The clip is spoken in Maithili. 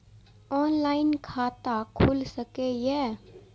ऑनलाईन खाता खुल सके ये?